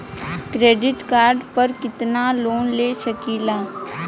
Credit card पर कितनालोन ले सकीला?